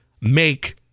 make